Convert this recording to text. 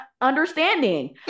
understanding